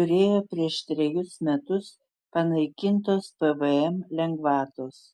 turėjo prieš trejus metus panaikintos pvm lengvatos